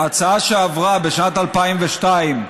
ההצעה שעברה בשנת 2002,